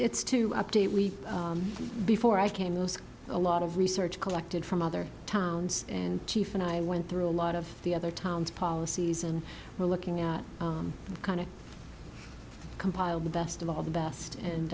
it's to update we before i came a lot of research collected from other towns and chief and i went through a lot of the other towns policies and we're looking at kind of compiled the best of all the best and